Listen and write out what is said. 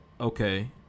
okay